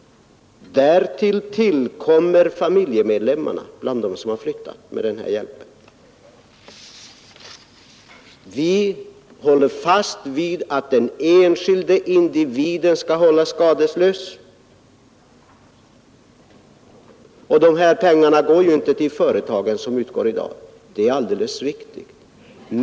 Därtill kommer familjemedlemmar till de arbetslösa som har flyttat med denna hjälp. Vi håller fast vid att den enskilda människan skall alltid lämnas skadeslös. De pengar som utgår i dag går inte till företagen — det är alldeles riktigt.